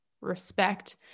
respect